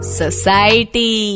society